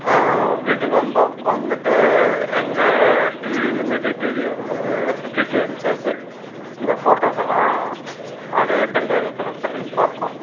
வீட்டுக்கு வந்தோம் வந்துவிட்டு எங்கள் டிவி எல்இடி டிவி வந்து பிஃப்டி டூ இன்ச்சஸு இந்த ஃபோட்டோசெல்லாம் அப்படியே பென்ட்ரைவில் கனெக்ட் பண்ணி பார்த்தோம்